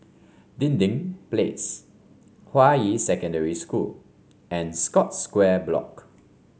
Dinding Place Hua Yi Secondary School and Scotts Square Block